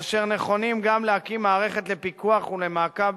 אשר נכונים גם להקים מערכת לפיקוח ולמעקב,